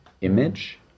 image